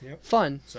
Fun